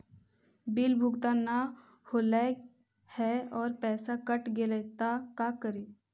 Bill भुगतान न हौले हे और पैसा कट गेलै त का करि?